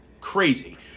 crazy